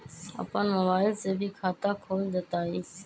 अपन मोबाइल से भी खाता खोल जताईं?